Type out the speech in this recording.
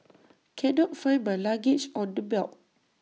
cannot find my luggage on the belt